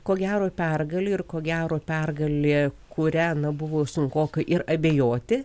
ko gero pergalė ir ko gero pergalė kuria na buvo ir sunkoka ir abejoti